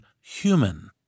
human